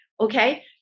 Okay